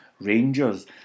Rangers